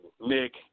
Nick